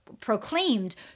proclaimed